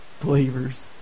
believers